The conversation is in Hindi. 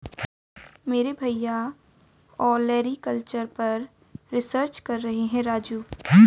मेरे भैया ओलेरीकल्चर पर रिसर्च कर रहे हैं राजू